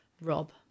rob